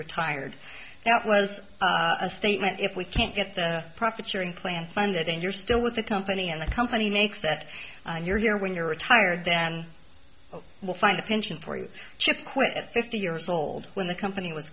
retired now it was a statement if we can't get the profit sharing plan funded and you're still with the company and the company makes that you're here when you're retired then well find a pension for your ship quit at fifty years old when the company was